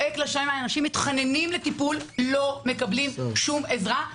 אנשים מתחננים לטיפול ולא מקבלים שום עזרה.